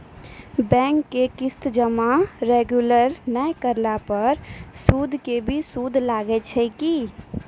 Bank के किस्त जमा रेगुलर नै करला पर सुद के भी सुद लागै छै कि?